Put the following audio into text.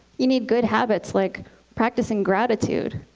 you need good habits like practicing gratitude.